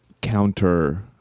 counter